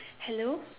hello